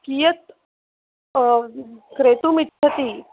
कियत् क्रेतुमिच्छति